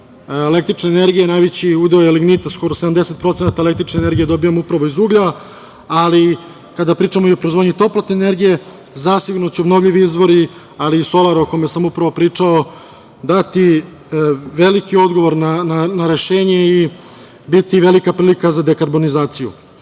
električne energije, a najveći je udeo lignita skoro 70% električne energije dobijamo upravo iz uglja. Kada pričamo o proizvodnji toplotne energije, zasigurno će obnovljivi izvori, ali i solar o kome sam upravo pričao dati veliki odgovor na rešenje i biti velika prilika za dekarbonizaciju. Korišćenje